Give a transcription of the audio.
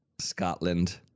Scotland